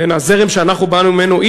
הזרם שאנחנו באנו ממנו,